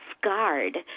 scarred